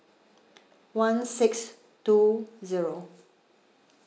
one six two zero